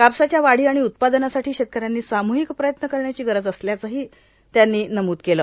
कापसाच्या वाढी आणि उत्पादनासाठी शेतकऱ्यांनी साम्हिक प्रयत्न करण्याची गरज असल्याचंही त्यांनी नमूद केलं